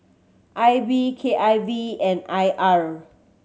I B K I V and I R